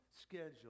schedule